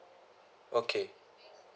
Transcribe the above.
okay